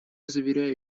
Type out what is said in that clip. заверяю